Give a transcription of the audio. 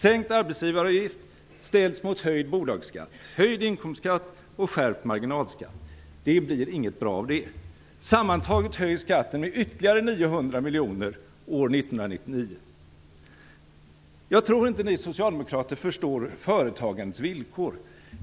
Sänkt arbetsgivaravgift ställs mot höjd bolagsskatt, höjd inkomstskatt och skärpt marginalskatt. Det blir inget bra av det. Sammantaget höjs skatten med ytterligare 900 Jag tror inte att ni socialdemokrater förstår företagens villkor.